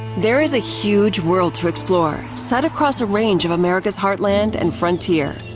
there is a huge world to explore set across a range of america's heartland and frontier